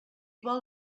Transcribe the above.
vol